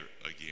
again